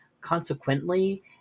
Consequently